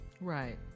right